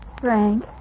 Frank